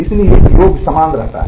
इसलिए योग समान रहता है